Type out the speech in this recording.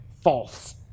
false